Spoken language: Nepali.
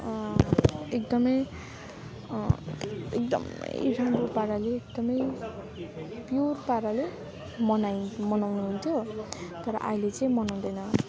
एकदमै एकदमै राम्रो पाराले एकदमै प्योर पाराले मनाइ मनाउनु हुन्थ्यो तर अहिले चाहिँ मनाउँदैन